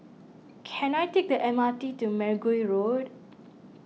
can I take the M R T to Mergui Road